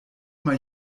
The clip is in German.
mal